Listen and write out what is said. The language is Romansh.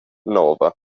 nova